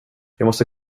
måste